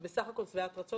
את בסך הכל שבעת רצון